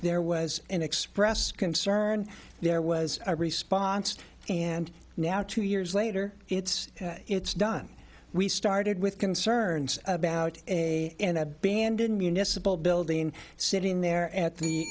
there was an expressed concern there was a response and now two years later it's it's done we started with concerns about a in abandoned municipal building sitting there at the